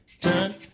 turn